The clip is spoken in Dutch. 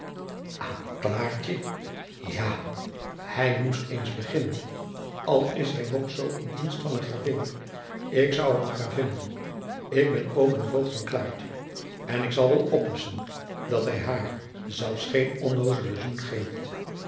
klaartje ja hij moest eens beginnen al is hij nog zoo in dienst van een gravin ik zou hem gravinnen ik ben oom en voogd van klaartje en ik zal wel oppassen dat hij haar zelfs geen onnozele zoen geeft